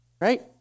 right